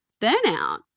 burnout